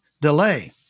delay